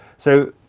so,